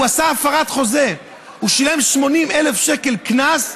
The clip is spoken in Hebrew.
הוא עשה הפרת חוזה והוא שילם 80,000 שקל קנס,